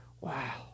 wow